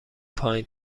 پایین